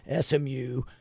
smu